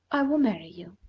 i will marry you.